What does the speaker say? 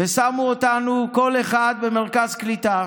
ושמו אותנו כל אחד במרכז קליטה